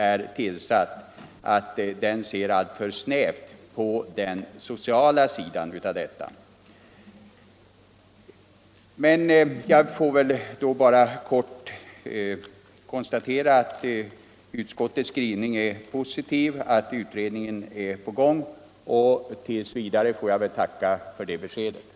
Jag vill alltså varna för att den utredning som nu arbetar ser alltför snävt på den sociala sidan i sammanhanget. Tills vidare får jag väl tacka för utskottets positiva skrivning och för beskedet att den åberopade utredningen är i gång.